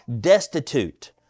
destitute